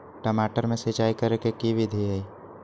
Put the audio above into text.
टमाटर में सिचाई करे के की विधि हई?